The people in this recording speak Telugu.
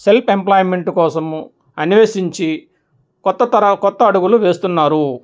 సెల్ఫ్ ఎంప్లాయ్మెంట్ కోసము అన్వేషించి కొత్త తర కొత్త అడుగులు వేస్తున్నారు